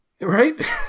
right